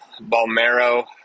Balmero